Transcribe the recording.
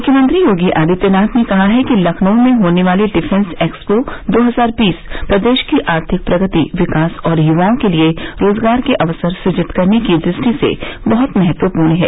मुख्यमंत्री योगी आदित्यनाथ ने कहा है कि लखनऊ में होने वाली डिफेंस एक्सपो दो हजार बीस प्रदेश की आर्थिक प्रगति विकास और युवाओं के लिये रोज़गार के अवसर सुजित करने की दृष्टि से बहुत महत्वपूर्ण है